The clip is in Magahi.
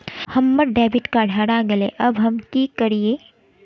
हमर डेबिट कार्ड हरा गेले अब हम की करिये?